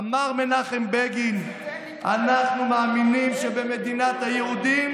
אמר מנחם בגין: "אנחנו מאמינים שבמדינת היהודים